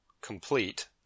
complete